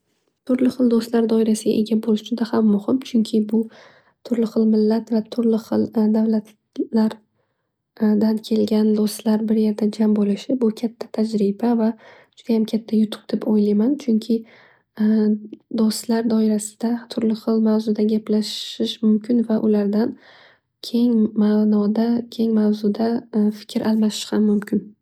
Turli xil do'stlar doirasiga ega bo'lish juda ham muhim. Chunki bu turli xil millat va turli xil davlatlardan kelgan do'stlar bir yerda jam bo'lishi. Bu katta tajriba va judayam katta yutuq deb o'yliyman. Chunki do'stlar doirasida turli xil mavzuda gaplashish mumkin va ulardan keng manoda keng mavzuda fikr almashish ham muhim.